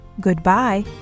Goodbye